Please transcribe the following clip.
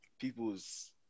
people's